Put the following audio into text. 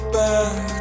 back